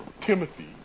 Timothy